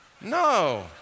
No